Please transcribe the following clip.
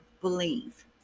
believe